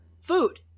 Food